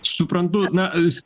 suprantu na s